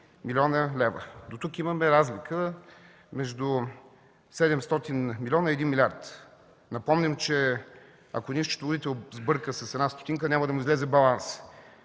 млн. лв. До тук имаме разлика между 700 милиона и 1 милиард. Напомням, че ако един счетоводител сбърка с 1 стотинка, няма да му излезе балансът,